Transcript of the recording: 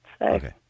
Okay